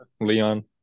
Leon